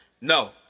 No